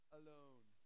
alone